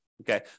okay